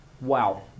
wow